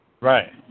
Right